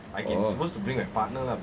oh